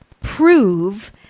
prove